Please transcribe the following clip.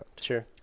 Sure